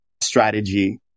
strategy